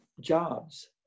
jobs